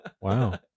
Wow